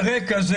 על רקע זה,